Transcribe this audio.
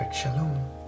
shalom